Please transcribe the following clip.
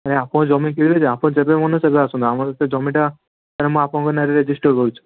ନାହିଁ ଆପଣ ଜମି କିଣିବେ ଯେ ଆପଣ ଯେବେ ମନ ସେବେ ଆସନ୍ତୁ ଆମର ସେ ଜମିଟା ତେଣୁ ମୁଁ ଆପଣଙ୍କ ନାଁରେ ରେଜିଷ୍ଟର କରୁଛି